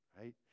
right